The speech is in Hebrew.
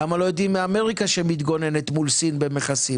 למה לא לומדים מאמריקה שמתגוננת מול סין במכסים?